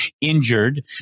injured